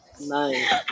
Nice